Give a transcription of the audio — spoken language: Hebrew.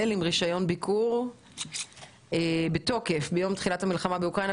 עם רישיון ביקור בתוקף ביום תחילת המלחמה באוקראינה,